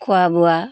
খোৱা বোৱা